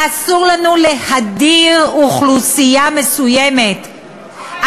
אסור לנו להדיר אוכלוסייה מסוימת,